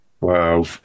Wow